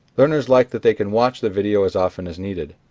learners like that they can watch the video as often as needed.